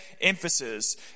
emphasis